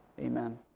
Amen